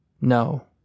No